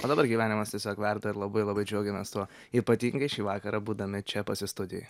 o dabar gyvenimas tiesiog verda ir labai labai džiaugiamės tuo ypatingai šį vakarą būdami čia pas jus studijoj